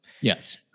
Yes